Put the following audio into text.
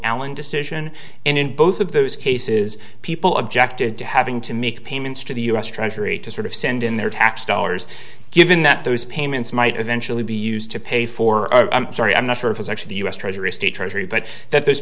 allen decision and in both of those cases people objected to having to make payments to the u s treasury to sort of send in their tax dollars given that those payments might eventually be used to pay for i'm not sure if it's actually the u s treasury state treasury but that those